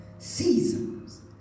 Seasons